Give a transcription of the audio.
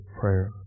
prayer